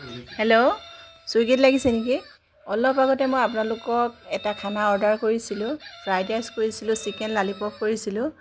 hello ছুইগিত লাগিছে নেকি অলপ আগতে মই আপোনালোকক এটা খানা অৰ্ডাৰ কৰিছিলোঁ ফ্ৰাইড ৰাইচ কৰিছিলোঁ চিকেন ল'লিপ'প কৰিছিলোঁ